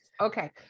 okay